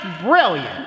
brilliant